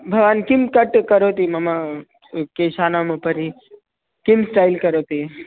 भवान् किं कट् करोति मम केशानाम् उपरि किं स्टैल् करोति